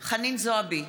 חנין זועבי,